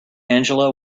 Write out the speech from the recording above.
angela